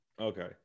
Okay